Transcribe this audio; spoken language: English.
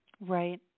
Right